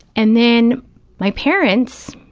and then my parents,